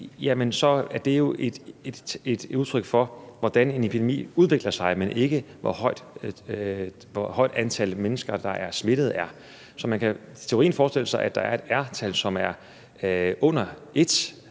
er jo et udtryk for, hvordan en epidemi udvikler sig, men ikke hvor stort et antal mennesker, der er smittet. Så man kan i teorien forestille sig, at der er et R-tal, som er under 1,